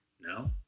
no